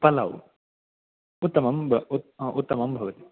पलाव् उत्तमम् उत्तमं भवति